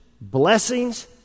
blessings